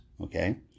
Okay